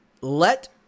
let